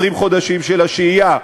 20 חודשים של שהייה,